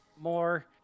more